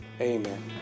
Amen